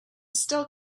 still